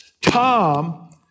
Tom